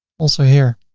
also here,